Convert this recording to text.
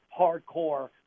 hardcore